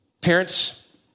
Parents